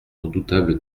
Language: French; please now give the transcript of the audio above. redoutable